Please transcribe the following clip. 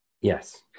Yes